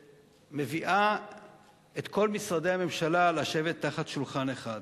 שמביאה את כל משרדי הממשלה לשבת ליד שולחן אחד.